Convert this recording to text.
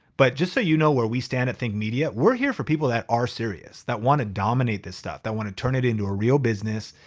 but just so you know where we stand at think media, we're here for people that are serious. that wanna dominate this stuff. that i wanna turn it into a real business.